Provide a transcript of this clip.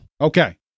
Okay